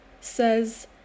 says